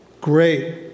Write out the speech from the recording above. Great